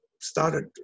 started